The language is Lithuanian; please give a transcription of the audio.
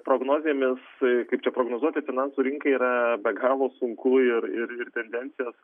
prognozėmis kaip čia prognozuoti finansų rinką yra be galo sunku ir ir ir tendencijos